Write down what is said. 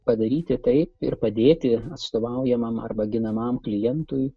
padaryti taip ir padėti atstovaujamam arba ginamam klientui